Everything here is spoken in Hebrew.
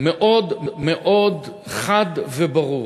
מאוד מאוד חד וברור.